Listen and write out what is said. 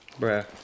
Bruh